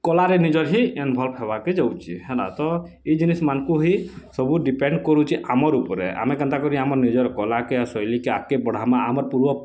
କଲାରେ ନିଜର ହିଁ ଇନଭ୍ଲଭ୍ ହବାକେ ଯାଉଛି ହେଲା ତ ଏଇ ଜିନିଷ୍ମାନଙ୍କୁ ଏହି ସବୁ ଡ଼ିପେଣ୍ଡ କରୁଛି ଆମର୍ ଉପରେ ଆମେ କେନ୍ତା କରି ଆମର୍ କଲାକେ ଶୈଲୀକେ ଆଗ୍କେ ବଢ଼ାମା ଆମ ପୂର୍ବ